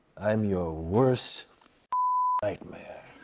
i'm you're worst nightmare.